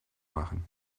machen